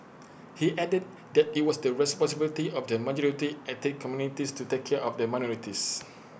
he added that IT was the responsibility of the majority ethnic communities to take care of the minorities